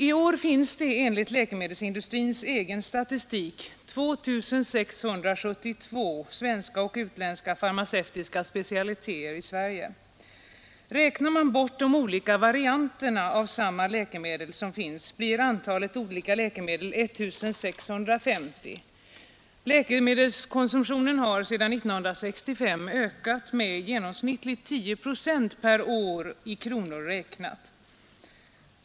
I år finns det enligt läkemedelsindustrins egen statistik 2672 — svenska och utländska — farmacevtiska specialiteter i Sverige. Räknar man bort de olika varianter som finns av samma läkemedel blir antalet läkemedel 1650. Läkemedelskonsumtionen har sedan 1965 ökat med genomsnittligt tio procent per år i kronor räknat.